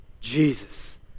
Jesus